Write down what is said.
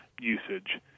usage